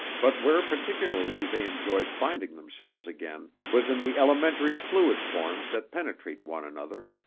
but where particularly they enjoyed finding themselves again was in the elementary fluid forms that penetrate one another,